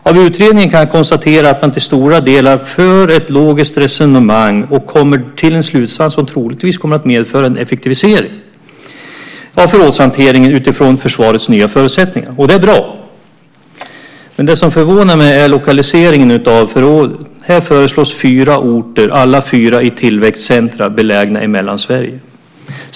Av utredningen kan jag konstatera att man till stora delar för ett logiskt resonemang och kommer till en slutsats som troligtvis kommer att medföra en effektivisering av förrådshanteringen utifrån försvarets nya förutsättningar. Det är bra. Det som förvånar mig är lokaliseringen av förråden. Här föreslås fyra orter. Alla fyra är belägna i tillväxtcentrum i Mellansverige.